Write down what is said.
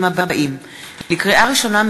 לקריאה ראשונה,